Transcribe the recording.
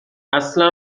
اصلا